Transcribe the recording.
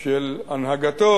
של הנהגתו